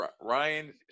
Ryan